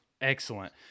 Excellent